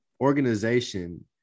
organization